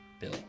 Bill